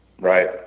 Right